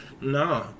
No